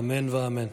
אמן ואמן.